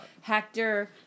Hector